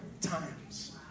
times